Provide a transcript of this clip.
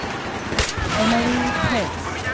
emily pitts.